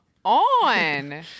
on